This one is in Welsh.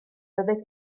oeddet